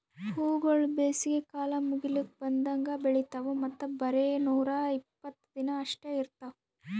ಹೂವುಗೊಳ್ ಬೇಸಿಗೆ ಕಾಲ ಮುಗಿಲುಕ್ ಬಂದಂಗ್ ಬೆಳಿತಾವ್ ಮತ್ತ ಬರೇ ನೂರಾ ಇಪ್ಪತ್ತು ದಿನ ಅಷ್ಟೆ ಇರ್ತಾವ್